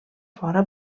fora